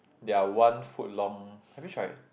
their one foot long have you tried